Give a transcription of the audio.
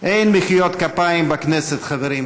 אין מחיאות כפיים בכנסת, חברים.